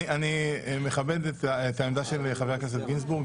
אני מכבד את העמדה של חבר הכנסת גינזבורג,